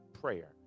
prayer